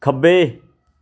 ਖੱਬੇ